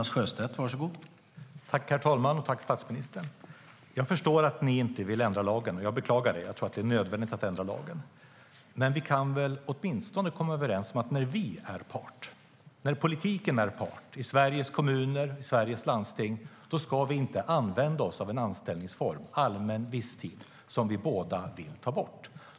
Herr talman! Jag tackar statsministern för det. Jag förstår att ni inte vill ändra lagen, och jag beklagar det. Jag tror att det är nödvändigt att ändra lagen. Men vi kan väl åtminstone komma överens om att när vi är part, alltså när politiken är part, i Sveriges kommuner och landsting ska vi inte använda oss av anställningsformen allmän visstid som vi båda vill ta bort.